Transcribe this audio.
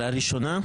על הראשונה?